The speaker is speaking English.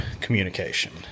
communication